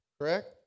correct